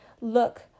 Look